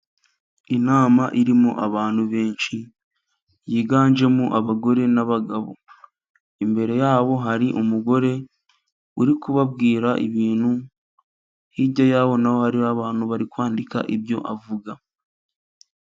Inama irimo abantu benshi, yiganjemo abagore n'abagabo. Imbere yabo hari umugore uri kubabwira ibintu, hirya ya ho naho hari abantu bari kwandika ibyo avuga.